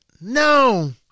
No